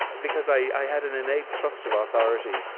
because i had an innate trust of authority.